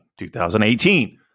2018